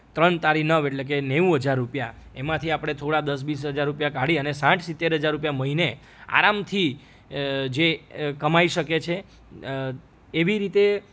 ત્રણ તાળી નવ એટલે કે નેવું હજાર રૂપિયા એમાંથી આપણે થોડા દસ વીસ હજાર રૂપિયા કાઢી અને સાહેઠ સિત્તેર હજાર રૂપિયા મહિને આરામથી જે કમાઈ શકીએ છે એવી રીતે